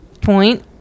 point